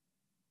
וונש,